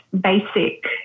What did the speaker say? basic